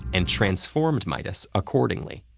and transformed midas accordingly.